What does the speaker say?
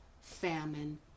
famine